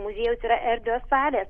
muziejus yra erdvios salės